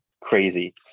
crazy